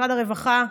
משרד הרווחה,